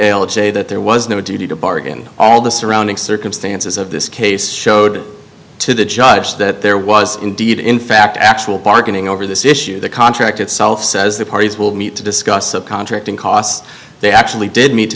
a j that there was no duty to bargain all the surrounding circumstances of this case showed to the judge that there was indeed in fact actual bargaining over this issue the contract itself says the parties will meet to discuss the contract and costs they actually did meet to